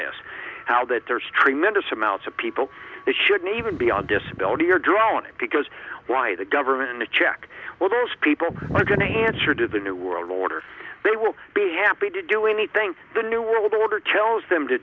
this how that there's tremendous amounts of people that shouldn't even be on disability or drawn it because why the government a check well those people are going to answer to the new world order they will be happy to do anything the new world order tells them to